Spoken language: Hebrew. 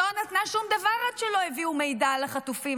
לא נתנה שום דבר עד שלא הביאו מידע על החטופים,